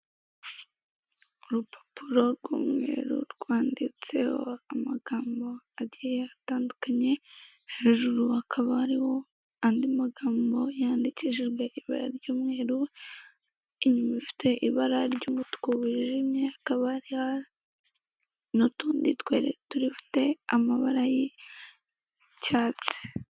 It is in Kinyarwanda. Urupapuro rw'umweru rwanditseho amagambo agiye atandukanye; hejuru hakaba hariho amagambo yandikishijwe ibara ry'umweru n'umutuku wijimye, n'utundi dufite amabara y'icyatsi.